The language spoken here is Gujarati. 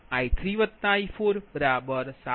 2 j1